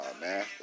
man